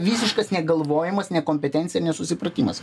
visiškas negalvojimas nekompetencija nesusipratimas